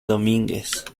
domínguez